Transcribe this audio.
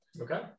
okay